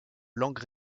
langue